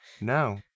no